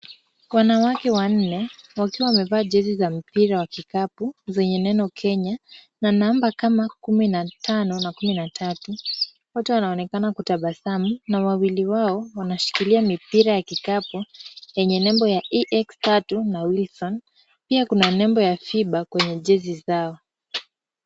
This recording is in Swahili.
Wanawake wanne wakiwa wamevaa jezi za mpira wa kikapu zenye neno Kenya, na namba kama kumi na tano na kumi na tatu. Wote wanaonekana kutabasamu na wawili wao wanashikilia mipira ya kikapu, yenye nembo ya EX3 na Wilson. Pia kuna nembo ya Fiba kwenye jezi zao.